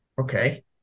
okay